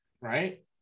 right